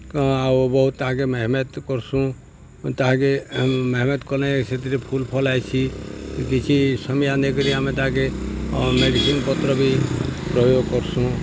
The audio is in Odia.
ଆଉ ବହୁତ୍ ତାହାକେ ମେହେନତ୍ କର୍ସୁଁ ତାହାକେ ମେହେନତ୍ କଲେ ସେଥିରେ ଫୁଲ୍ ଫଲ୍ ହେସି କିଛି ସମୟ ନେଇକରି ଆମେ ତାହାକେ ମେଡ଼ିସିନ୍ ପତ୍ର ବି ପ୍ରୟୋଗ କର୍ସୁଁ